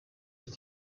with